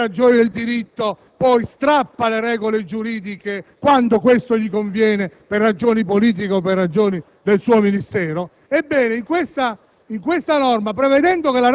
sensibile alle ragioni del diritto, poi strappi le regole giuridiche quando questo gli conviene per ragioni politiche o per ragioni del suo Ministero) prevedendo che la